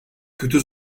kötü